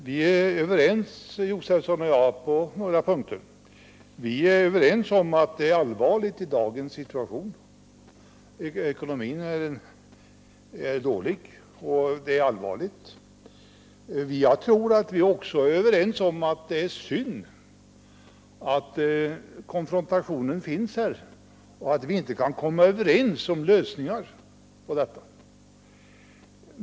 Herr talman! Stig Josefson och jag är överens på några punkter. Vi är överens om att ekonomin i dagens situation är dålig och att det är allvarligt. Jag tror att vi också är överens om att det är synd att konfrontationen finns här och att vi inte kan komma överens om lösningar.